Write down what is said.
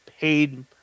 paid